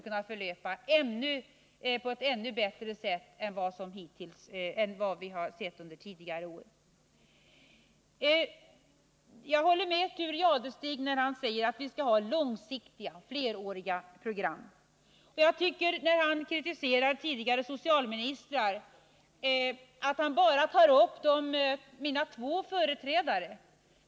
valborgsmässohelgen — skall kunna bli bättre än vad vi har sett under tidigare år. Jag håller med Thure Jadestig när han säger att vi skall ha långsiktiga, Nr 54 fleråriga program. Men när han kritiserade tidigare socialministrar tog han bara upp mina två företrädare.